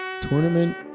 tournament